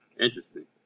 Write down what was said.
Interesting